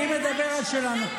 אני מדבר על שלנו.